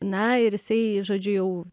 na ir jisai žodžiu jau